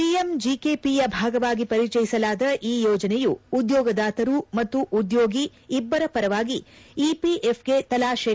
ಪಿಎಂಜಿಕೆಪಿಯ ಭಾಗವಾಗಿ ಪರಿಚಯಿಸಲಾದ ಈ ಯೋಜನೆಯು ಉದ್ಯೋಗದಾತರು ಮತ್ತು ಉದ್ಯೋಗಿ ಇಬ್ಬರ ಪರವಾಗಿ ಇಪಿಎಫ್ಗೆ ತಲಾ ಶೇ